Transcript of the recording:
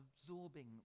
absorbing